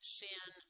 sin